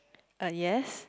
ah yes